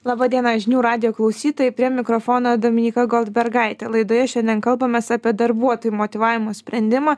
laba diena žinių radijo klausytojai prie mikrofono dominyka goldbergaitė laidoje šiandien kalbamės apie darbuotojų motyvavimo sprendimą